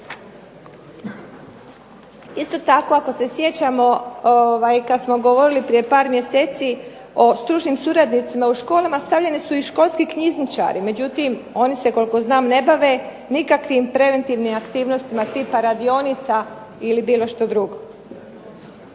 Isto tako, ako se sjećamo, kad smo govorili prije par mjeseci o stručnim suradnicima u školama, stavljene su i školski knjižničari. Međutim, oni se koliko znam ne bave nikakvim preventivnim aktivnostima tipa radionica ili bilo što drugo.